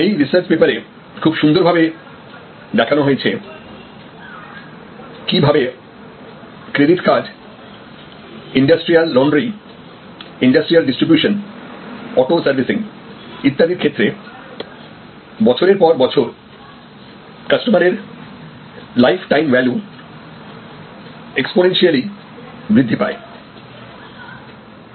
এই রিসার্চ পেপারে খুব সুন্দর ভাবে দেখানো হয়েছে কি ভাবে credit card industrial laundry industrial distribution auto servicing ইত্যাদির ক্ষেত্রে বছরের পর বছর কাস্টমারের লাইফটাইম ভ্যালু এক্সপোনেনশিয়ালি বৃদ্ধি পায়